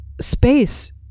space